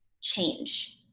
change